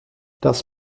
das